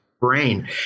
brain